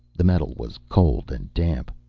the metal was cold and damp.